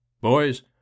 Boys